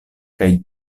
kaj